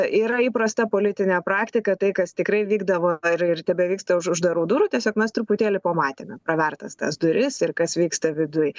yra įprasta politinė praktika tai kas tikrai vykdavo ir ir tebevyksta už uždarų durų tiesiog mes truputėlį pamatėme pravertas tas duris ir kas vyksta viduj